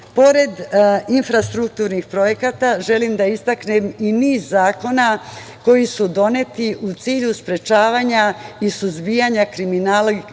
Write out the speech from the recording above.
infrastrukturnih projekata, želim da istaknem i niz zakona koji su doneti u cilju sprečavanja i suzbijanja kriminala